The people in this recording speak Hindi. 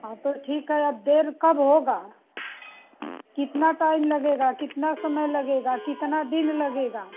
हाँ तो ठीक है अब देर कब होगा कितना टाइम लगेगा कितना समय लगेगा कितना दिन लगेगा